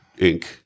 inc